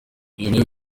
iyo